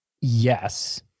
Yes